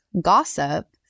gossip